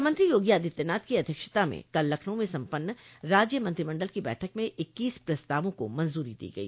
मुख्यमंत्री योगी आदित्यनाथ की अध्यक्षता में कल लखनऊ में सम्पन्न राज्य मंत्रिमंडल की बैठक में इक्कीस प्रस्तावों को मंजूरी दी गई